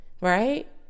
Right